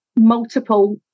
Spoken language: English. multiple